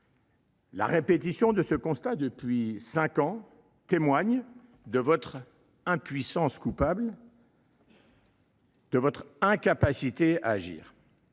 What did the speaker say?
sa répétition depuis cinq ans témoignent de votre impuissance coupable, de votre incapacité à agir.